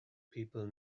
people